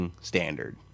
standard